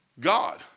God